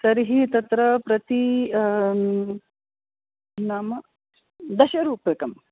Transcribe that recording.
तर्हि तत्र प्रति नाम दशरूप्यकम्